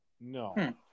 no